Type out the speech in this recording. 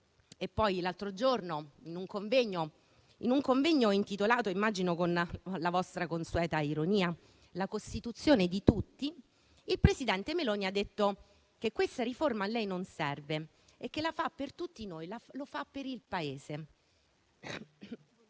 l'altro giorno, in un convegno intitolato, immagino con la vostra consueta ironia, «la Costituzione di tutti», il presidente Meloni ha detto che questa riforma a lei non serve e che la fa per tutti noi, la fa per il Paese.